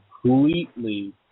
completely